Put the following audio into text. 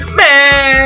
man